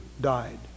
died